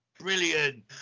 Brilliant